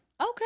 Okay